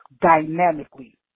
dynamically